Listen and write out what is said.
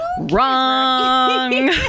Wrong